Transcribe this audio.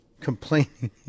complaining